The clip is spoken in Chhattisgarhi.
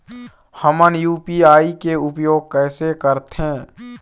हमन यू.पी.आई के उपयोग कैसे करथें?